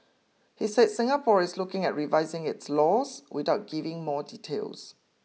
he said Singapore is looking at revising its laws without giving more details